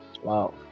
wow